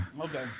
okay